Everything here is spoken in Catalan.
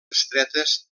estretes